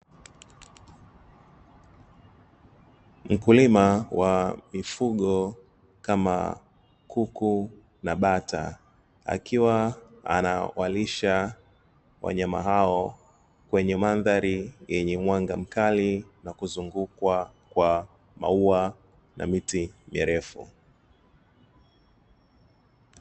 Mkulima wa mifugo kama kuku na bata, akiwa anawalisha wanyama hao kwenye mandhari yenye mwanga mkali, na kuzungukwa na maua na miti mirefu.